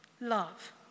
love